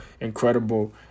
incredible